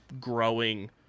growing